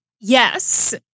yes